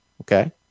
okay